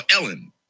Ellen